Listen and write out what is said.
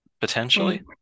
potentially